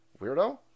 weirdo